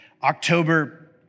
October